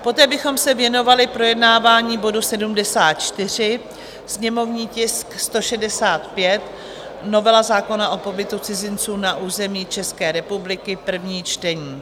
Poté bychom se věnovali projednávání bodu 74, sněmovní tisk 165, novela zákona o pobytu cizinců na území České republiky, první čtení.